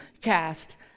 cast